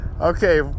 okay